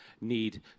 need